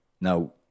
now